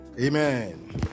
Amen